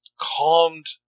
calmed